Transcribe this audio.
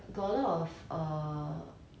现在有很多 movie 很多 movie 要看